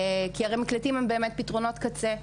כי המקלטים הם פתרונות קצה.